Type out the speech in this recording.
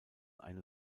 eine